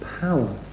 power